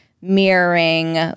mirroring